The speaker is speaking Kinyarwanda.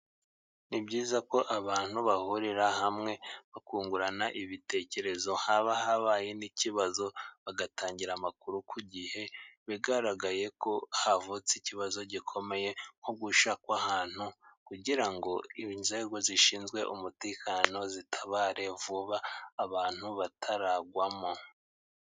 Ni byiza ko abantu bahurira hamwe bakungurana ibitekerezo, haba habaye n'ikibazo bagatangira amakuru ku gihe, bigaragaye ko havutse ikibazo gikomeye nko gushya kw'ahantu, kugira ngo inzego zishinzwe umutekano zitabare vuba abantu bataragwamo.